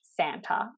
Santa